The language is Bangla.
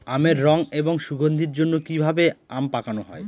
আমের রং এবং সুগন্ধির জন্য কি ভাবে আম পাকানো হয়?